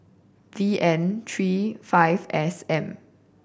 V N three F S M